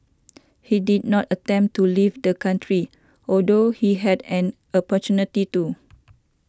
he did not attempt to leave the country although he had an opportunity to